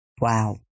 Wow